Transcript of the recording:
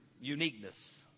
uniqueness